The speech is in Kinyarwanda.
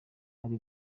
uri